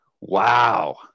Wow